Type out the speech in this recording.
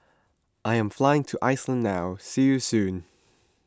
I am flying to Iceland now see you soon